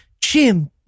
Jim